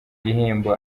gihembo